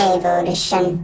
Evolution